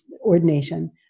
ordination